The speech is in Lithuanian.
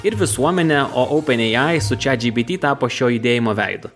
ir visuomenę o openai su chatgpt tapo šio judėjimo veidu